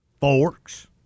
forks